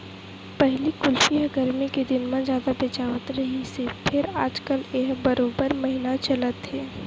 पहिली कुल्फी ह गरमी के दिन म जादा बेचावत रिहिस हे फेर आजकाल ए ह बारो महिना चलत हे